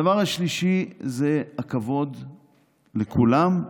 הדבר השלישי זה הכבוד לכולם,